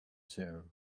there